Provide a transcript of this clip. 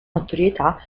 notorietà